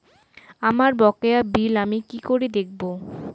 আমার বকেয়া বিল আমি কি করে দেখব?